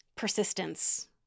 persistence